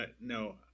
No